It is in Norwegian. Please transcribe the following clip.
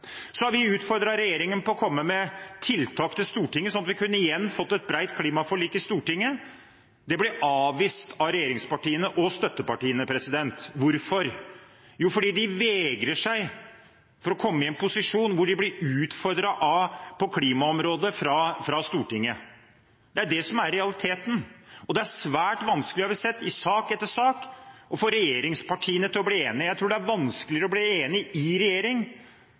Vi har utfordret regjeringen på å komme med tiltak til Stortinget, sånn at vi igjen får et bredt klimaforlik i Stortinget. Dette ble avvist av regjeringspartiene og støttepartiene. Hvorfor? Jo, fordi de vegrer seg mot å komme i en posisjon hvor de utfordres på klimaområdet av Stortinget. Dette er realiteten. Det er svært vanskelig å få regjeringspartiene til å bli enige – det har vi sett i sak etter sak. Jeg tror det er vanskeligere i regjeringen enn i Stortinget. Budsjettforslaget og innstillingen som vi behandler nå, er